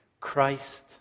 Christ